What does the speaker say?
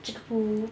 chickapoo